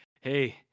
hey